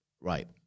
right